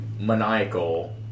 maniacal